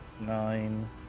nine